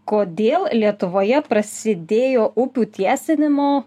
kodėl lietuvoje prasidėjo upių tiesinimo